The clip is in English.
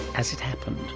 as it happened.